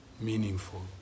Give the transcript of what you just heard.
meaningful